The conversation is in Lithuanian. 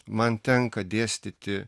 man tenka dėstyti